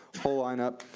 full line up.